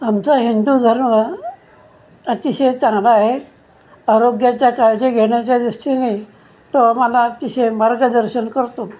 आमचा हिंदू धर्म अतिशय चांगला आहे आरोग्याच्या काळजी घेण्याच्या दृष्टीने तो आम्हाला अतिशय मार्गदर्शन करतो